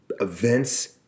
events